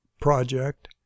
project